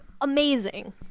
Amazing